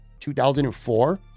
2004